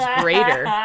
greater